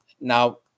Now